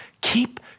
Keep